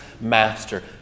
master